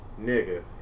Nigga